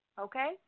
Okay